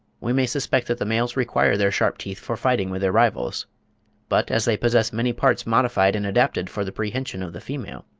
we may suspect that the males require their sharp teeth for fighting with their rivals but as they possess many parts modified and adapted for the prehension of the female,